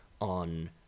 on